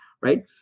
right